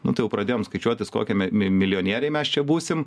nu tai jau pradėjom skaičiuotis kokie me mi milijonieriai mes čia būsim